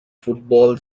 football